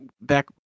back